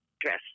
dress